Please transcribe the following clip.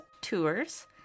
tours